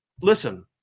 Listen